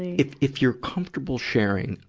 if, if you're comfortable sharing,